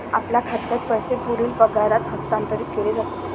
आपल्या खात्यात पैसे पुढील पगारात हस्तांतरित केले जातील